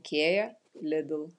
ikea lidl